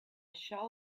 shall